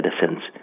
citizens